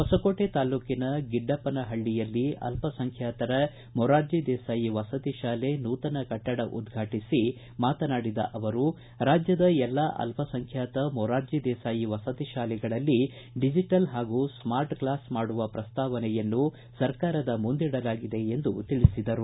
ಹೊಸಕೋಟೆ ತಾಲ್ಲೂಕಿನ ಗಿಡ್ಡಪ್ಪನಹಳ್ಳಿಯಲ್ಲಿ ಅಲ್ಪಸಂಖ್ಯಾತರ ಮೊರಾರ್ಜಿ ದೇಸಾಯಿ ವಸತಿ ಶಾಲೆ ನೂತನ ಕಟ್ಟಡ ಉದ್ವಾಟಿಸಿ ಮಾತನಾಡಿದ ಅವರು ರಾಜ್ಯದ ಎಲ್ಲಾ ಅಲ್ಪಸಂಖ್ಯಾತ ಮೊರಾರ್ಜಿ ದೇಸಾಯಿ ವಸತಿ ಶಾಲೆಗಳಲ್ಲಿ ಡಿಜಿಟಲ್ ಹಾಗೂ ಸ್ಮಾರ್ಟ್ ಕ್ಲಾಸ್ ಮಾಡುವ ಪ್ರಸ್ತಾವನೆಯನ್ನು ಸರ್ಕಾರದ ಮುಂದಿಡಲಾಗಿದೆ ಎಂದು ತಿಳಿಸಿದರು